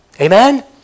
Amen